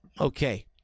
Okay